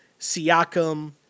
Siakam